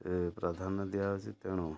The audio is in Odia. ପ୍ରାଧାନ୍ୟ ଦିଆହେଉଛି ତେଣୁ